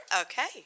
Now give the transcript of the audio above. Okay